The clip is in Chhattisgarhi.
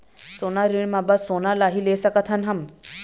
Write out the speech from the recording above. सोना ऋण मा बस सोना ला ही ले सकत हन हम?